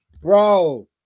Bro